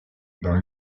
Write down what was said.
dans